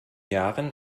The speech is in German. jahren